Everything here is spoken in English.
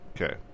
okay